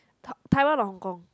taiwan or Hong-Kong